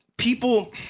People